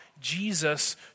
Jesus